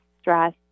stress